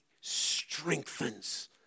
strengthens